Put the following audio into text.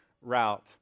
route